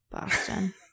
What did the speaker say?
Boston